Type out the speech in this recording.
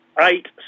eight